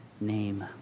name